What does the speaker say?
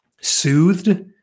Soothed